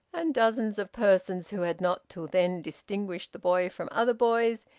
and dozens of persons who had not till then distinguished the boy from other boys,